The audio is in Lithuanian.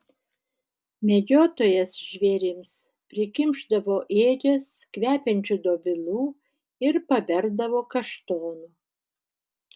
medžiotojas žvėrims prikimšdavo ėdžias kvepiančių dobilų ir paberdavo kaštonų